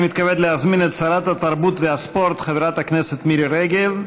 אני מתכבד להזמין את שרת התרבות והספורט חברת הכנסת מירי רגב,